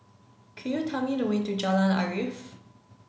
could you tell me the way to Jalan Arif